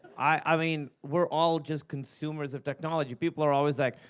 i mean we're all just consumers of technology. people are always like,